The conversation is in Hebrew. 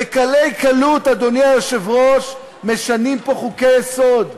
בקלי קלות, אדוני היושב-ראש, משנים פה חוקי-יסוד.